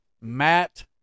Matt